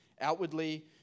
Outwardly